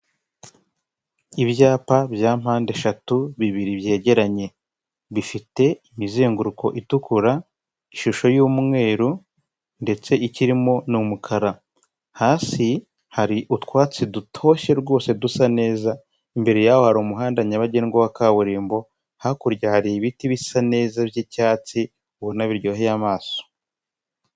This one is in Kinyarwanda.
Ibyapa bya mpandeshatu bibiri byegeranye bifite imizenguruko itukura, ishusho y'umweru ndetse ikirimo ni umukara, hasi hari utwatsi dutoshye rwose dusa neza, imbere yaho hari umuhanda nyabagendwa wa kaburimbo, hakurya hari ibiti bisa neza by'icyatsi ubona biryoheye amaso.